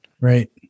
Right